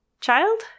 child